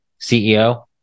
ceo